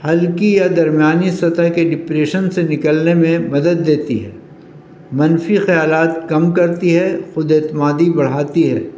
ہلکی یا درمیانی سطح کے ڈپریشن سے نکلنے میں مدد دیتی ہے منفی خیالات کم کرتی ہے خود اعتمادی بڑھاتی ہے